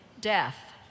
death